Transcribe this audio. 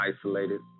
Isolated